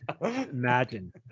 Imagine